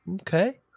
Okay